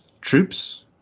troops